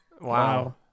Wow